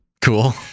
cool